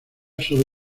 sobre